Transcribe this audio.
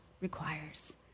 requires